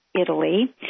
Italy